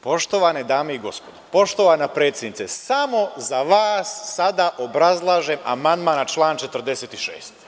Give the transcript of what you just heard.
Poštovane dame i gospodo, poštovana predsednice, samo za vas sada obrazlažem amandman na član 46.